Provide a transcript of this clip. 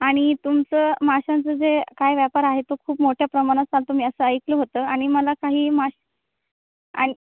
आणि तुमचं माशांचं जे काय व्यापार आहे तो खूप मोठ्या प्रमाणात चालतो मी असं ऐकलं होतं आणि मला काही मासे आणि